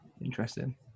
Interesting